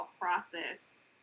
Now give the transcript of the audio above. process